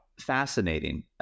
fascinating